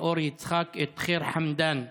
גדעון, חכם עדיף